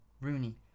Rooney